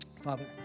Father